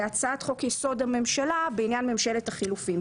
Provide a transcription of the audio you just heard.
להצעת חוק-יסוד: הממשלה בעניין ממשלת החילופים.